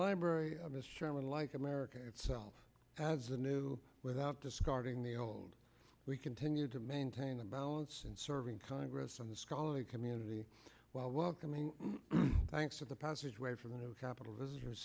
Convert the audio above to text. library i missed chairman like america itself as a new without discarding the old we continue to maintain a balance and serving congress in the scholarly community while welcoming thanks to the passageway from the capitol visitor